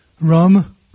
rum